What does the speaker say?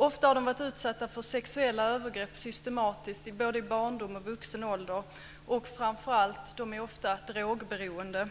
Ofta har de varit utsatta för sexuella övergrepp systematiskt både i barndom och vuxen ålder. De är framför allt ofta drogberoende.